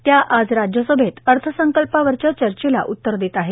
त्या आज राज्यसभेत अर्थसंकल्पावरच्या चर्चेता उत्तर देत आहेत